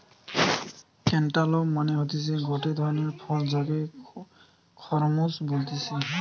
cantaloupe মানে হতিছে গটে ধরণের ফল যাকে খরমুজ বলতিছে